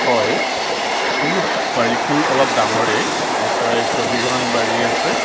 হয় মোৰ বাৰীখন অলপ ডাঙৰেই মোৰ প্ৰায় ছবিঘামান বাৰী আছে